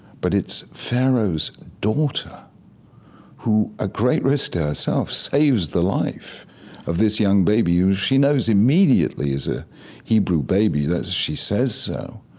but it's pharaoh's daughter who, at ah great risk to herself, saves the life of this young baby who she knows immediately is a hebrew baby, that she says so,